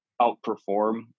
outperform